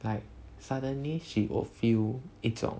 like suddenly she will feel 一种